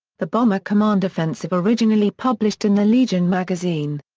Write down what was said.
the bomber command offensive. originally published in the legion magazine.